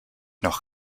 noch